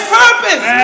purpose